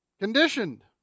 Conditioned